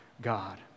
God